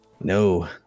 No